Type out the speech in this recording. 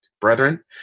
Brethren